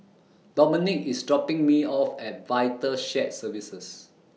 Domonique IS dropping Me off At Vital Shared Services